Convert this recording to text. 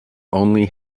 only